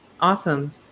Awesome